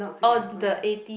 oh the eighty